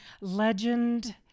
legend